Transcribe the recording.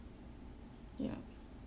ya